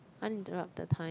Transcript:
uninterrupted time